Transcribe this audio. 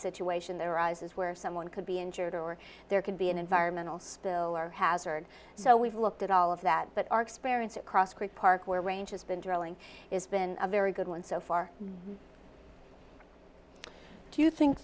situation there arises where someone could be injured or there could be an environmental spill or hazard so we've looked at all of that but our experience at cross creek park where range has been drilling is been a very good one so far do you think